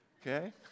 Okay